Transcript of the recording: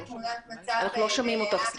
תמונת מצב מלאה --- אנחנו לא שומעים אותך טוב,